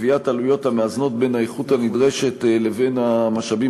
בקביעת עלויות המאזנות בין האיכות הנדרשת לבין המשאבים